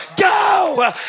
go